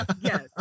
Yes